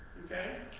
okay?